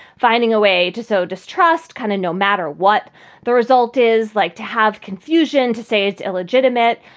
finding a way to sow distrust, kind of no matter what the result is like to have confusion, to say it's illegitimate.